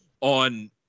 on